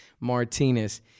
Martinez